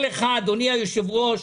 אדוני היושב-ראש,